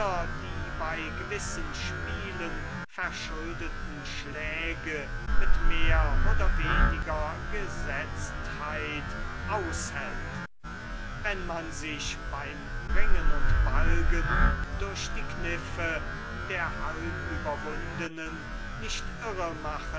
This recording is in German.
die bei gewissen spielen verschuldeten schläge mit mehr oder weniger gesetztheit aushält wenn man sich beim ringen und balgen durch die kniffe der halbüberwundenen nicht